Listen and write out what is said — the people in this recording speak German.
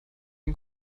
den